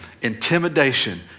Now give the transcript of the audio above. intimidation